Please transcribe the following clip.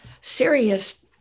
serious